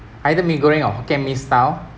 either mee goreng or hokkien mee style